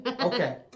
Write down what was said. Okay